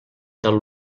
del